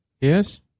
Yes